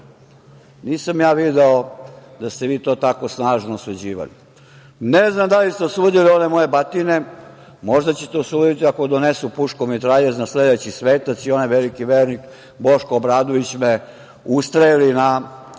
Nisam ja video da ste vi to tako snažno osuđivali. Ne znam da li ste osudili ove moje batine, možda ćete osuditi ako donesu puškomitraljez na sledeći svetac i onaj veliki vernik Boško Obradović me ustreli na